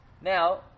Now